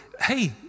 hey